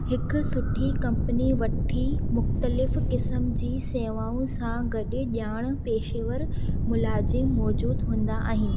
हिकु सुठी कंपनी वटि मुख़्तलिफ़ु क़िस्मुनि जी सेवाउनि सां गॾु ॼाणू पेशेवरि मुलाज़िम मौजूदु हूंदा आहिनि